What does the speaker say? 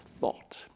thought